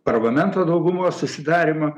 parlamento daugumos susidarymą